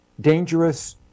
dangerous